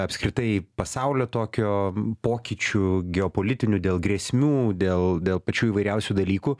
apskritai pasaulio tokio pokyčių geopolitinių dėl grėsmių dėl dėl pačių įvairiausių dalykų